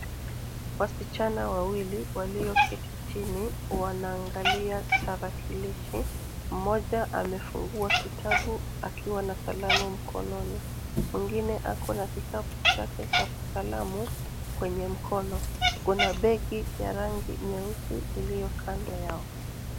Wasichana wawili walio keti chini wanaangalia tarakilishi. Mmoja amefungua kitabu akiwa na kalamu mkononi. Mwingine ako na kikapu chake cha kalamu kwenye mkono. Kuna begi ya rangi nyeusi iliyo kando yao.